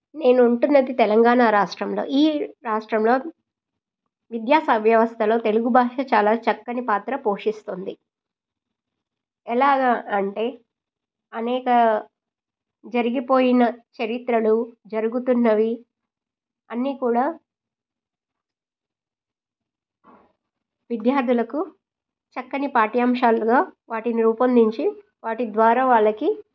నేనుంటున్నది తెలంగాణ రాష్ట్రంలో ఈ రాష్ట్రంలో విద్యా వ్యవస్థలో తెలుగు భాష చాలా చక్కని పాత్ర పోషిస్తుంది ఎలాగా అంటే అనేక జరిగిపోయిన చరిత్రలు జరుగుతున్నవి అన్నీ కూడా విద్యార్థులకు చక్కని పాఠ్యాంశాలుగా వాటిని రూపొందించి వాటి ద్వారా వాళ్ళకి